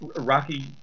Rocky